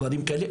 דברים כאלה,